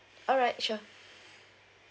alright sure